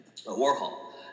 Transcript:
Warhol